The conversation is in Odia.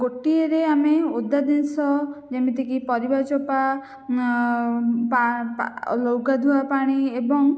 ଗୋଟିଏରେ ଆମେ ଓଦା ଜିନିଷ ଯେମିତିକି ପରିବା ଚୋପାଲୁଗାଧୁଆ ପାଣି ଏବଂ